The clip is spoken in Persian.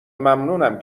ممنونم